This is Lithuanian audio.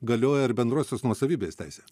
galioja ir bendrosios nuosavybės teisė